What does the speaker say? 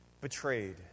betrayed